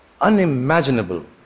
unimaginable